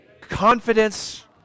confidence